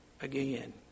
again